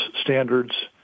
standards